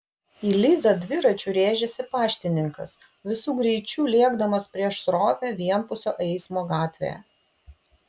į lizą dviračiu rėžėsi paštininkas visu greičiu lėkdamas prieš srovę vienpusio eismo gatvėje